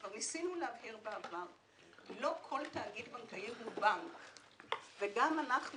כבר ניסינו להבהיר בעבר: לא כל תאגיד בנקאי הוא בנק וגם אנחנו,